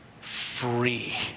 free